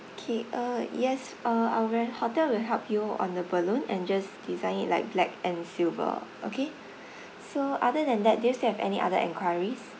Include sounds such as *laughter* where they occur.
K uh yes uh our hotel will help you on the balloon and just design it like black and silver okay *breath* so other than that do you have any other enquiries